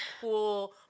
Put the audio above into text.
cool